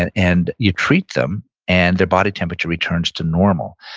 and and you treat them and their body temperature returns to normal.